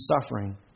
suffering